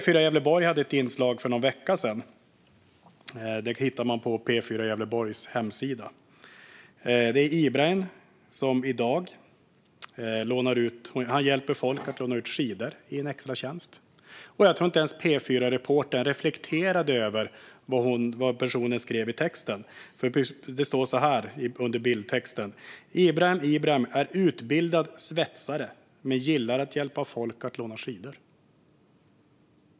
För någon vecka sedan hade P4 Gävleborg ett inslag, som man kan hitta på deras hemsida. Det handlade om Ibrahim som i dag har en extratjänst där han hjälper folk att låna skidor. Jag tror inte att P4-reportern ens reflekterade över vad hon skrev i texten. Det står så här under bildtexten: "Ibrahim Ibrahim är utbildad svetsare men gillar att hjälpa folk att låna skidor."